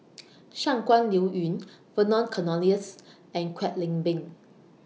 Shangguan Liuyun Vernon Cornelius and Kwek Leng Beng